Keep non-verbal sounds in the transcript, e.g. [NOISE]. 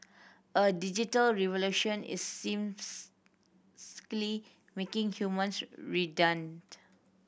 a digital revolution is [UNINTELLIGIBLE] making humans [UNINTELLIGIBLE]